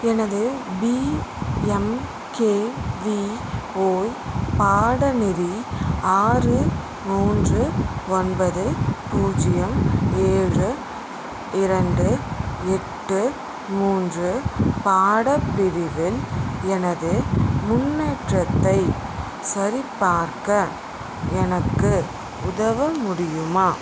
எனது பிஎம்கேவிஓய் பாடநிதி ஆறு மூன்று ஒன்பது பூஜ்ஜியம் ஏழு இரண்டு எட்டு மூன்று பாடப்பிரிவில் எனது முன்னேற்றத்தை சரிபார்க்க எனக்கு உதவ முடியுமா